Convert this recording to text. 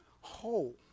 whole